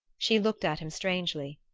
she looked at him strangely.